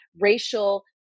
racial